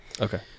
Okay